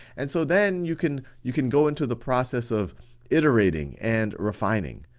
and so, then you can you can go into the process of iterating and refining.